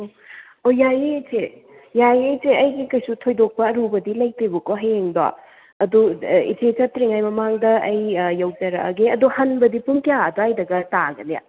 ꯑꯣ ꯌꯥꯏꯌꯦ ꯏꯆꯦ ꯌꯥꯏꯌꯦ ꯏꯆꯦ ꯑꯩꯒꯤ ꯀꯩꯁꯨ ꯊꯣꯏꯗꯣꯛꯄ ꯑꯔꯨꯕꯗꯤ ꯂꯩꯇꯦꯕꯀꯣ ꯍꯌꯦꯡꯗꯣ ꯑꯗꯣ ꯏꯆꯦ ꯆꯠꯇ꯭ꯔꯤꯉꯩ ꯃꯃꯥꯡꯗ ꯑꯩ ꯌꯧꯖꯔꯛꯑꯒꯦ ꯑꯗꯣ ꯍꯟꯕꯗꯤ ꯄꯨꯡ ꯀꯌꯥ ꯑꯗ꯭ꯋꯥꯏꯗꯒ ꯇꯥꯒꯅꯤ